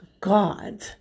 God